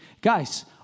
Guys